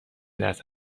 دست